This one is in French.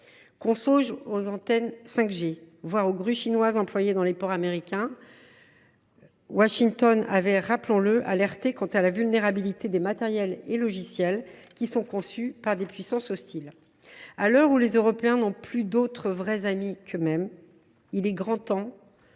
songe aux antennes 5G, voire aux grues chinoises employées dans les ports américains ! Rappelons que Washington avait alerté sur la vulnérabilité des matériels et logiciels qui sont conçus par des puissances hostiles. À l’heure où les Européens n’ont plus d’autres vrais amis qu’eux mêmes, il est grand temps